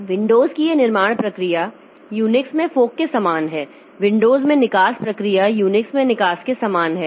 तो विंडोज़ की यह निर्माण प्रक्रिया यूनिक्स में फोर्क के समान है विंडोज़ में निकास प्रक्रिया यूनिक्स में निकास के समान है